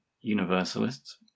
universalists